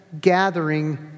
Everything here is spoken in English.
gathering